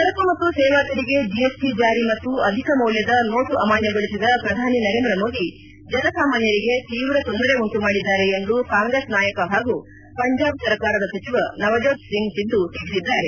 ಸರಕು ಮತ್ತು ಸೇವಾ ತೆರಿಗೆ ಜಿಎಸ್ಟ ಜಾರಿ ಮತ್ತು ಅಧಿಕ ಮೌಲ್ಯದ ನೋಟು ಅಮಾನ್ಯಗೊಳಿಸಿದ ಪ್ರಧಾನಿ ನರೇಂದ್ರ ಮೋದಿ ಜನ ಸಾಮಾನ್ಥರಿಗೆ ತೀವ್ರ ತೊಂದರೆ ಉಂಟು ಮಾಡಿದ್ದಾರೆ ಎಂದು ಕಾಂಗ್ರೆಸ್ ನಾಯಕ ಹಾಗೂ ಪಂಜಾಬ್ ಸರ್ಕಾರದ ಸಚಿವ ನವಜೋತ್ ಸಿಂಗ್ ಸಿದ್ದು ಟೀಕಿಸಿದ್ದಾರೆ